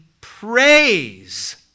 praise